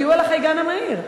תהיו על החייגן המהיר.